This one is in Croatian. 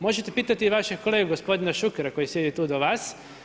Možete pitati i vašeg kolegu, gospodina Šukera koji sjedi tu do vas.